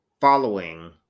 following